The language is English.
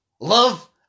Love